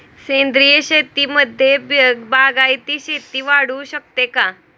सेंद्रिय शेतीमध्ये बागायती शेती वाढवू शकतो का?